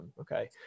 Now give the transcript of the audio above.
Okay